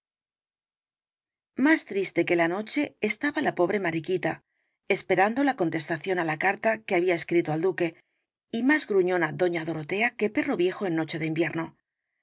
más triste que la noche estaba la pobre mariquita esperando la contestación á la carta que había escrito al duque y más gruñona doña dorotea que perro viejo en noche de invierno